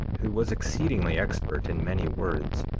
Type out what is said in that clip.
who was exceedingly expert in many words,